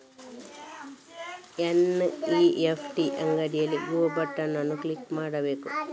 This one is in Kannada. ಎನ್.ಇ.ಎಫ್.ಟಿ ಅಡಿಯಲ್ಲಿ ಗೋ ಬಟನ್ ಅನ್ನು ಕ್ಲಿಕ್ ಮಾಡಬೇಕು